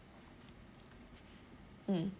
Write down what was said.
mm